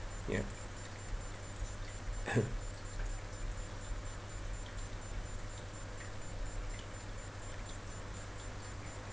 ya